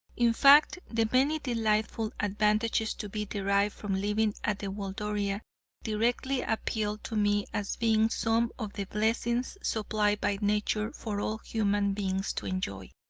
in fact, the many delightful advantages to be derived from living at the waldoria directly appealed to me as being some of the blessings supplied by nature for all human beings to enjoy.